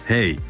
Hey